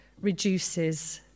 reduces